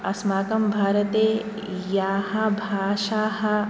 अस्माकं भारते याः भाषाः